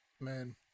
man